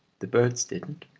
the birds didn't,